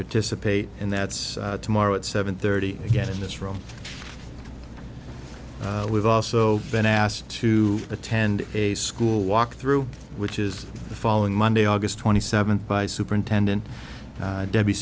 participate in that tomorrow at seven thirty again in this room we've also been asked to attend a school walk through which is the following monday august twenty seventh by superintendent debbie